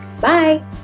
Bye